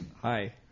Hi